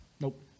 Nope